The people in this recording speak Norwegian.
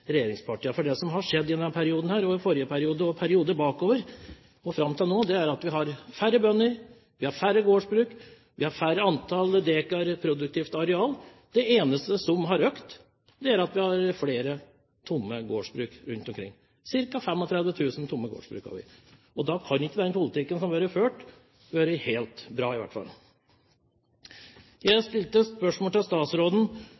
regjeringspartiene. For det som har skjedd i tidligere perioder, den forrige perioden og i denne perioden, fram til nå, er at vi har færre bønder, færre gårdsbruk og færre antall dekar produktivt areal. Det eneste som har økt, er tomme gårdsbruk rundt omkring – ca. 35 000 gårdsbruk står i dag tomme. Da har ikke den politikken som har vært ført, vært helt bra. Jeg stilte i stad spørsmål til statsråden